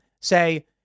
say